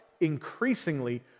increasingly